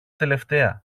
τελευταία